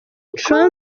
trump